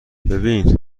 ببین